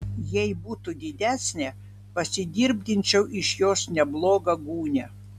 jei būtų didesnė pasidirbdinčiau iš jos neblogą gūnią